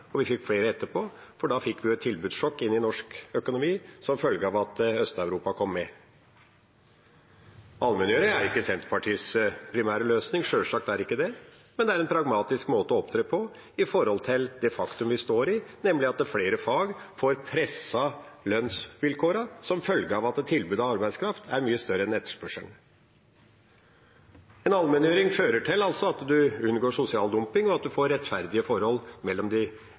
og vi fikk flere etterpå, for da fikk vi et tilbudssjokk inn i norsk økonomi som følge av at Øst-Europa kom med i EØS. Allmenngjøring er ikke Senterpartiets primære løsning, sjølsagt er det ikke det, men det er en pragmatisk måte å opptre på med hensyn til det faktum vi står i, nemlig at flere fag får presset lønnsvilkårene som følge av at tilbudet av arbeidskraft er mye større enn etterspørselen. Men allmenngjøring fører til at en unngår sosial dumping, og at en får rettferdige forhold mellom de